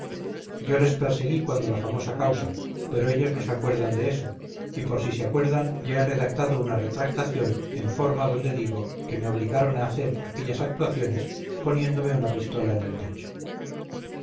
yo les perseguí cuando la famosa causa pero ellos no se acuerdan de eso y por si se acuerdan ya he redactado una retractación en forma donde digo que me obligaron a hacer aquellas actuaciones poniéndome una pistola en el pecho